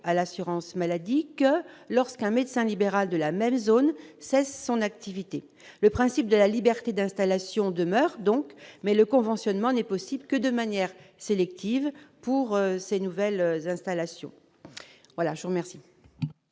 à l'assurance maladie que lorsqu'un médecin libéral de la même zone cesse son activité, le principe de la liberté d'installation demeure donc, mais le conventionnement n'est possible que de manière sélective pour ces nouvelles installations voilà je merci.